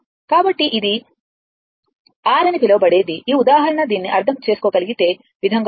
కాబట్టి ఇది r అని పిలవబడేది ఈ ఉదాహరణ దీనిని అర్థం చేసుకోగలిగే విధంగా తీసుకుంది